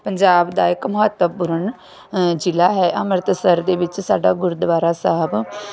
ਪੰਜਾਬ ਦਾ ਇੱਕ ਮਹੱਤਵਪੂਰਨ ਜ਼ਿਲ੍ਹਾ ਹੈ ਅੰਮ੍ਰਿਤਸਰ ਦੇ ਵਿੱਚ ਸਾਡਾ ਗੁਰਦੁਆਰਾ ਸਾਹਿਬ